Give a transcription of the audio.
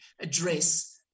address